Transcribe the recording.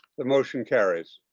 the motion carries.